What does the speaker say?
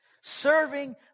Serving